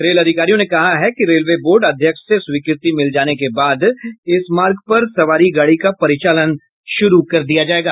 rail अधिकारियों ने कहा है कि रेलवे बोर्ड अध्यक्ष से स्वीकृति मिल जाने के बाद इस मार्ग पर सवारी गाड़ी का परिचालन शुरू कर दिया जायेगा